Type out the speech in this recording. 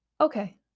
Okay